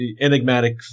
enigmatic